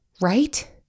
Right